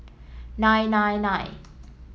nine nine nine